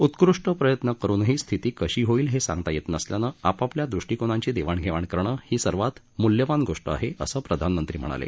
उत्कृष्ट प्रयत्न करूनही स्थिती कशी होईल हे सांगता येत नसल्यानं आपापल्या दृष्टिकोनांची देवाणधेवाण करणं ही सर्वात मूल्यवान गोष्ट आहे असं प्रधानमंत्री म्हणाले